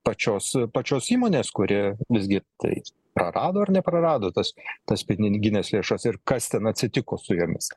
pačios pačios įmonės kuri visgi tai prarado ir neprarado tas tas piniginės lėšos ir kas ten atsitiko su jomis